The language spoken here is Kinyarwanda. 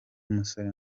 musore